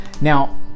Now